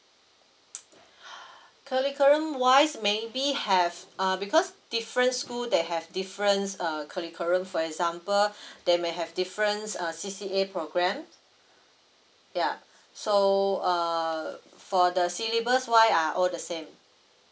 curriculum wise maybe have uh because different school they have different uh curriculum for example they may have different uh C_C_A program ya so uh for the syllabus wise are all the same